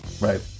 Right